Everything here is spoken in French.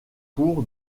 pour